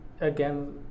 again